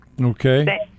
Okay